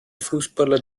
fußballer